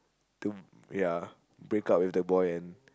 to ya break up with the boy and